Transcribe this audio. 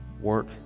work